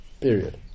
period